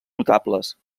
notables